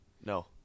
No